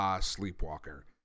sleepwalker